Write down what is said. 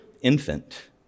infant